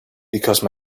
because